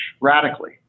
radically